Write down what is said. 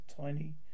tiny